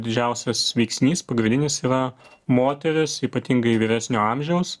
didžiausias veiksnys pagrindinis yra moterys ypatingai vyresnio amžiaus